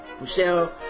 Michelle